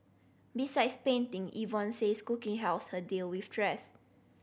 besides painting Yvonne says cooking helps her deal with stress